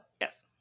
Yes